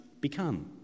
become